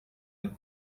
and